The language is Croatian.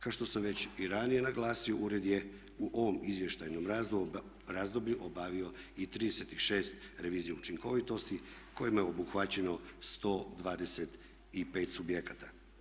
Kao što sam već i ranije naglasio ured je u ovom izvještajnom razdoblju obavio i 36 revizija učinkovitosti kojima je obuhvaćeno 125 subjekata.